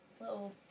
little